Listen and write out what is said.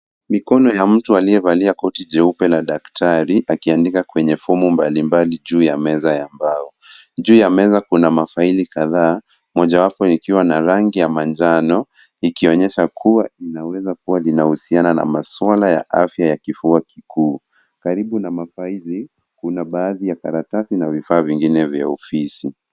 Mikono ya mtu aliyevalia koti jeupe la daktari akiandika kwenye fomu mbalimbali juu ya meza ya mbao. Juu ya keza kuna mafaili kadhaa, mojawapo ikiwa na rangi ya manjano ikionyesha kuwa inaweza kuwa linahusiana na masuala ya afya ya kifua kikuu. Karibu na mafaili kuna baadhi ya karatasi na vifaa vingine vya ofisi.